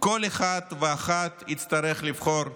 כל אחד ואחת יצטרך לבחור צד.